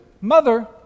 mother